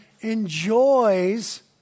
enjoys